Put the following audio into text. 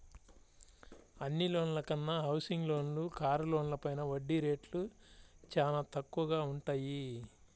అన్ని లోన్ల కన్నా హౌసింగ్ లోన్లు, కారు లోన్లపైన వడ్డీ రేట్లు చానా తక్కువగా వుంటయ్యి